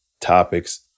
topics